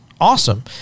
awesome